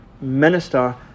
minister